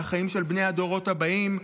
על החיים של בני הדורות הבאים.